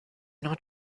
not